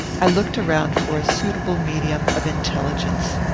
i looked around for a suitable medium of intelligence.